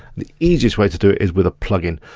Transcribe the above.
the easiest way to do it is with a plugin.